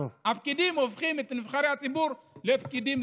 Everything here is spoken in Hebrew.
הפקידים הופכים את נבחרי הציבור לפקידים,